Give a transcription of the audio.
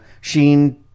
Sheen